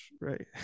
right